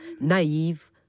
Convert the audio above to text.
naive